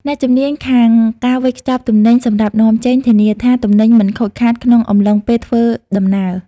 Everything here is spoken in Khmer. អ្នកជំនាញខាងការវេចខ្ចប់ទំនិញសម្រាប់នាំចេញ ធានាថាទំនិញមិនខូចខាតក្នុងអំឡុងពេលធ្វើដំណើរ។